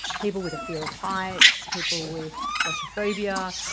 people with a fear of heights, people with claustrophobia,